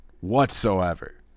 whatsoever